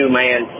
man